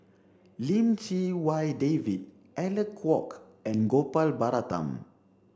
Lim Chee Wai David Alec Kuok and Gopal Baratham